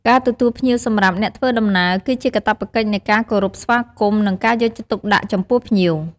ការទទួលភ្ញៀវសម្រាប់អ្នកធ្វើដំណើរ គឺជាកាតព្វកិច្ចនៃការគោរពស្វាគមន៍ និងការយកចិត្តទុកដាក់ចំពោះភ្ញៀវ។